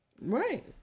Right